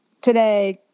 today